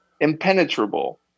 impenetrable